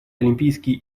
олимпийские